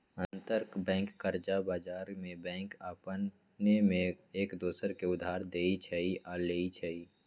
अंतरबैंक कर्जा बजार में बैंक अपने में एक दोसर के उधार देँइ छइ आऽ लेइ छइ